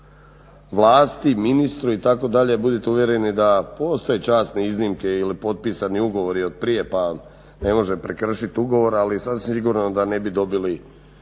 vlasti, ministru itd. budite uvjereni da postoje časne iznimke ili potpisani ugovori od prije pa ne može prekršiti ugovor. Ali sasvim sigurno da ne bi dobili